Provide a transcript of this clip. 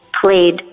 played